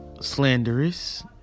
slanderous